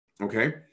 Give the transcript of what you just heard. okay